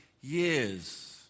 years